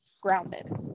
Grounded